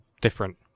different